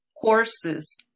courses